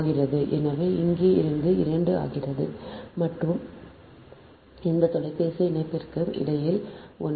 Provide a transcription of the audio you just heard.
ஆகிறது எனவே இங்கே இருந்து 2 ஆகிறது மற்றும் இந்த தொலைபேசி இணைப்பிற்கு இடையில் 1